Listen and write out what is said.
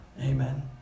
Amen